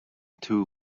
too